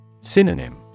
Synonym